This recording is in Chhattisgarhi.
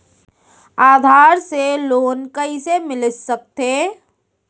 आधार से लोन कइसे मिलिस सकथे?